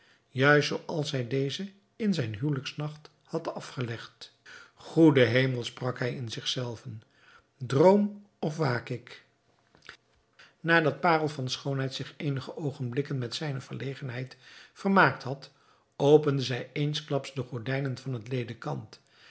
juist zoo als hij deze in zijn huwelijksnacht had afgelegd goede hemel sprak hij in zich zelven droom of waak ik nadat parel van schoonheid zich eenige oogenblikken met zijne verlegenheid vermaakt had opende zij eensklaps de gordijnen van het ledekant